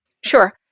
Sure